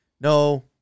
no